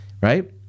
right